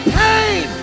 pain